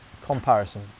comparison